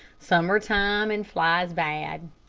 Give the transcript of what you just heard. summer time, and flies bad.